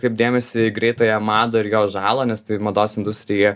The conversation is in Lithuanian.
kaip dėmesį į greitąją madą ir jo žalą nes tai mados industrija